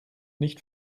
nicht